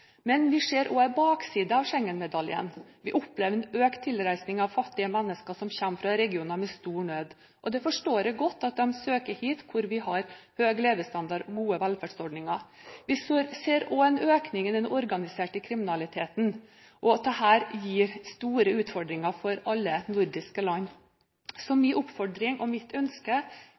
Men vi ser også en bakside av Schengen-medaljen. Vi opplever en økt tilreising av fattige mennesker som kommer fra regioner med stor nød. Jeg forstår godt at de søker hit, for vi har høy levestandard og gode velferdsordninger. Vi ser også en økning i den organiserte kriminaliteten. Dette gir alle nordiske land store utfordringer. Min oppfordring og mitt ønske